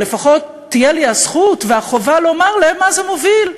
או שלפחות תהיה לי הזכות והחובה לומר להם לְמה זה מוביל: